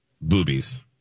boobies